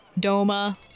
DOMA